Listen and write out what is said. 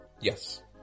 Yes